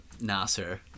Nasser